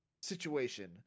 situation